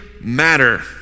matter